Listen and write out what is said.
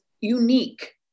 unique